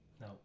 No